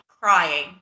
crying